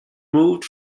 moved